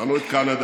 עברנו את קנדה,